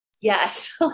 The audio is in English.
Yes